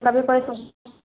कभी कोई सुनता